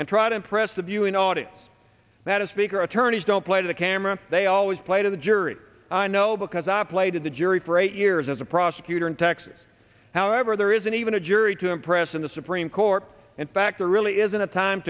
and try to impress the viewing audience that a speaker attorneys don't play the camera they always play to the jury i know because i played in the jury for eight years as a prosecutor in texas however there isn't even a jury to impress in the supreme court and factor really isn't a time